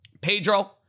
Pedro